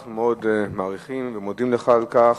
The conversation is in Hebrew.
אנחנו מאוד מעריכים, ומודים לך על כך.